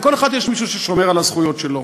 לכל אחד יש מישהו ששומר על הזכויות שלו.